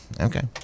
okay